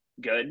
good